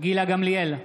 גילה גמליאל,